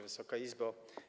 Wysoka Izbo!